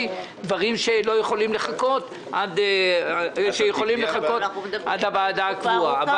דברים שיכולים לחכות עד הוועדה הקבועה.